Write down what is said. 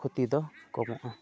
ᱠᱷᱚᱛᱤ ᱫᱚ ᱠᱚᱢᱚᱜᱼᱟ